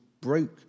broke